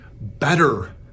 better